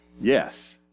yes